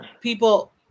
People